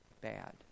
bad